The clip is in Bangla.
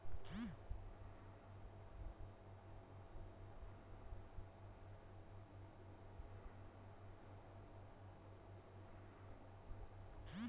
কল জিলিসের পরবর্তী দিলের মূল্যকে ফিউচার ভ্যালু ব্যলে